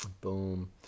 Boom